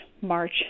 March